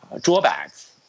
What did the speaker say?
drawbacks